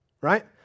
right